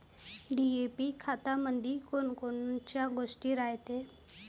DAP खतामंदी कोनकोनच्या गोष्टी रायते?